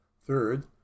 Third